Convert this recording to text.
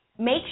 Make